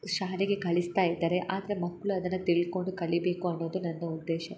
ಶಾಲೆಗೆ ಕಳಿಸ್ತಾ ಇದ್ದಾರೆ ಆದರೆ ಮಕ್ಕಳು ಅದನ್ನು ತಿಳ್ಕೊಂಡು ಕಲಿಬೇಕು ಅನ್ನೋದೇ ನನ್ನ ಉದ್ದೇಶ